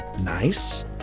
nice